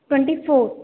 twenty four